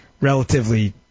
relatively